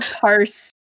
parse